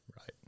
Right